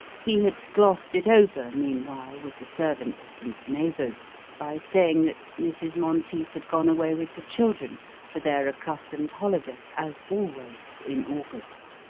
he had glossed it over meanwhile with the servants and neighbours by saying that mrs. monteith had gone away with the children for their accustomed holiday as always in august.